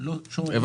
שאינו עומד בתקן.